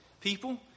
people